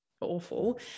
awful